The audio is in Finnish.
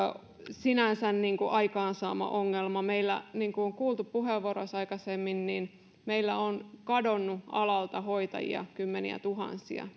aikaansaama ongelma niin kuin on kuultu puheenvuoroissa aikaisemmin meillä on kadonnut alalta hoitajia kymmeniätuhansia